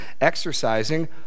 exercising